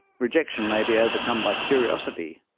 rejection may be overcome by curiosity,